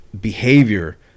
behavior